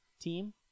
team